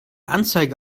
anzeige